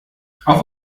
auf